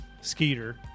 Skeeter